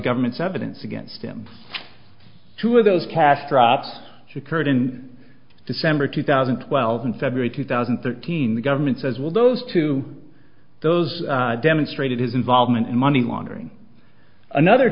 government's evidence against him two of those cast traps occurred in december two thousand and twelve in february two thousand and thirteen the government says well those two those demonstrated his involvement in money laundering another